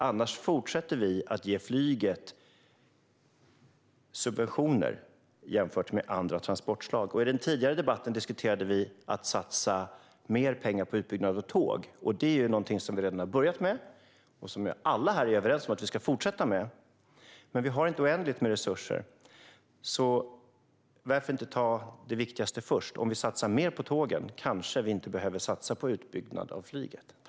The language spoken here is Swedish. Annars fortsätter vi att ge flyget subventioner jämfört med andra transportslag. I en tidigare interpellationsdebatt talade vi om att satsa mer pengar på utbyggnad av tåg. Det är något som vi redan har börjat med och som vi alla här är överens om att vi ska fortsätta med. Men vi har inte oändliga resurser, så varför inte ta det viktigaste först? Om vi satsar mer på tågen behöver vi kanske inte satsa på utbyggnad av flyget.